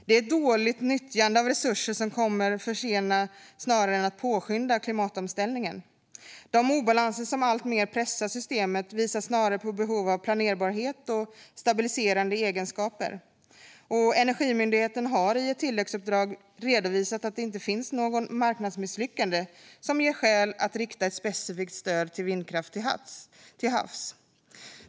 Det är ett dåligt nyttjande av resurser som kommer att försena klimatomställningen snarare än att påskynda den. De obalanser som alltmer pressar systemet visar snarast på behovet av planerbarhet och stabiliserande egenskaper. Energimyndigheten har i ett tilläggsuppdrag redovisat att det inte finns något marknadsmisslyckande som ger skäl att rikta ett specifikt stöd till vindkraft till havs.